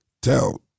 tell